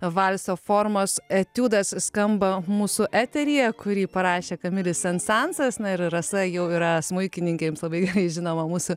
valso formos etiudas skamba mūsų eteryje kurį parašė kamilis sensansas na ir rasa jau yra smuikininkė jums labai gerai žinoma mūsų